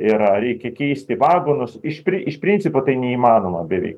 yra reikia keisti vagonus iš pri iš principo tai neįmanoma beveik